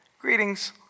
greetings